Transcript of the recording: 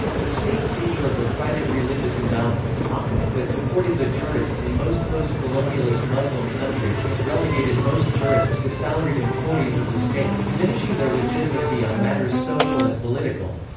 the state seizure of the private religious endowments ah kind of that supported the jurists in most post-colonialist muslim countries has relegated most jurists to salaried employees of the state, diminishing their legitimacy on matters social and political.